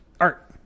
Art